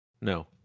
No